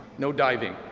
no diving.